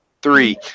Three